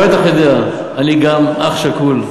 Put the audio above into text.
אתה בטח יודע, אני גם אח שכול.